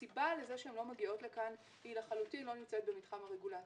הסיבה לזה שהן לא מגיעות לכאן היא לחלוטין לא נמצאת במתחם הרגולציה,